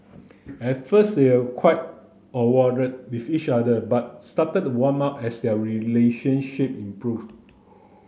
at first they were quite awkward with each other but started to warm up as their relationship improved